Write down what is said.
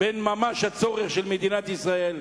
ועל הצורך של מדינת ישראל,